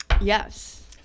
Yes